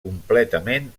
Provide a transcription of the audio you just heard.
completament